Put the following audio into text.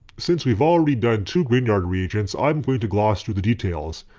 since we've already done two grignard reactions i'm going to gloss through the details.